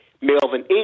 Melvin